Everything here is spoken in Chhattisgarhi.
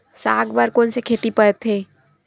साग बर कोन से खेती परथे?